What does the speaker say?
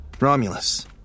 Romulus